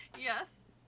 Yes